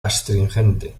astringente